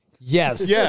Yes